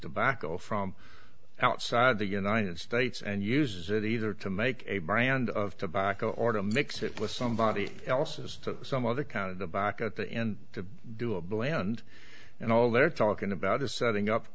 tobacco from outside the united states and uses it either to make a brand of tobacco or to mix it with somebody else's some other kind of back at the end to do a blend and all they're talking about is setting up